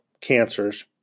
cancers